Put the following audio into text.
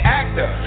actor